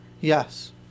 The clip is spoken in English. Yes